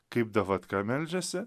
kaip davatka meldžiasi